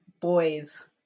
boys